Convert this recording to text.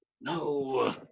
No